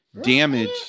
damage